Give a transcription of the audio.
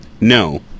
no